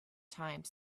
time